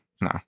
no